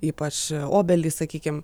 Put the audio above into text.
ypač obelį sakykime